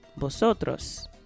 vosotros